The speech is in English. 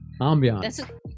Ambiance